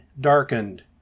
darkened